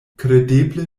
kredeble